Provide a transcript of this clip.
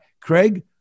Craig